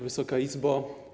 Wysoka Izbo!